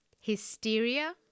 hysteria